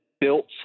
built